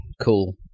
cool